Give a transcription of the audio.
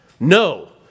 No